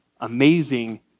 amazing